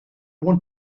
want